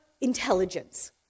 intelligence